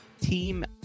Team